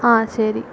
ஆ சரி